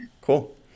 cool